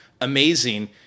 amazing